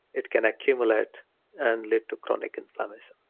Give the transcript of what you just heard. it can accumulate and lead to chronic inflammation.